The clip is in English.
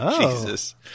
Jesus